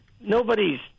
nobody's